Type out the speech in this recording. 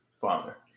Father